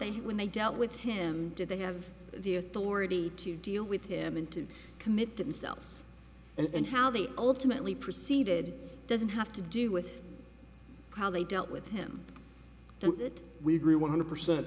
they when they dealt with him did they have the authority to deal with him and to commit themselves and how they ultimately proceeded doesn't have to do with how they dealt with him so that we agree one hundred percent